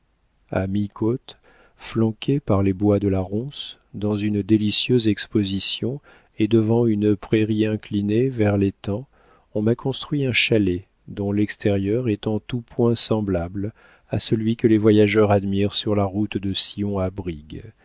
a mi-côte flanqué par les bois de la ronce dans une délicieuse exposition et devant une prairie inclinée vers l'étang on m'a construit un chalet dont l'extérieur est en tout point semblable à celui que les voyageurs admirent sur la route de sion à brigg